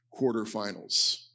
quarterfinals